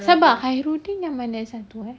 siapa khairuddin yang mana satu eh